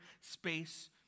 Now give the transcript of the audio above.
space